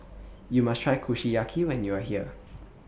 YOU must Try Kushiyaki when YOU Are here